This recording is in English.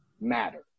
matter